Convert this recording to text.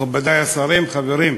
מכובדי השרים, חברים,